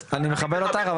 אני מכבד אותך,